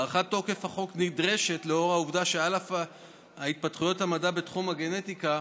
הארכת תוקף החוק נדרשת לאור העובדה שעל אף התפתחות המדע בתחום הגנטיקה,